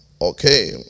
Okay